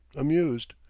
amused,